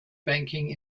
banking